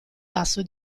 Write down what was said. lasso